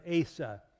Asa